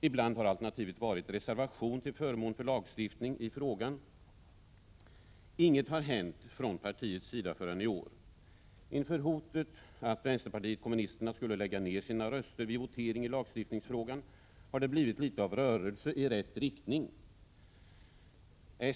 Ibland har alternativet varit reservation till förmån för lagstiftning i frågan. Inget har hänt från partiets sida förrän i år. Inför hotet att vänsterpartiet kommunisterna skulle lägga ned sina röster vid votering i lagstiftningsfrågan har det blivit litet av rörelse i rätt riktning.